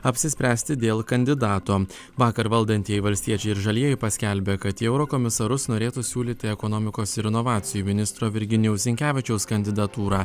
apsispręsti dėl kandidato vakar valdantieji valstiečiai ir žalieji paskelbė kad į eurokomisarus norėtų siūlyti ekonomikos ir inovacijų ministro virginijaus sinkevičiaus kandidatūrą